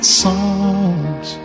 songs